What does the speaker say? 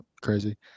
crazy